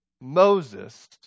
Moses